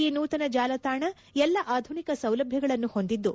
ಈ ನೂತನ ಜಾಲತಾಣ ಎಲ್ಲಾ ಆಧುನಿಕ ಸೌಲಭ್ಯಗಳನ್ನು ಹೊಂದಿದ್ದು